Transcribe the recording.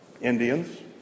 Indians